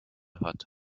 hat